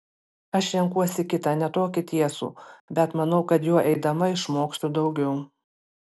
aš renkuosi kitą ne tokį tiesų bet manau kad juo eidama išmoksiu daugiau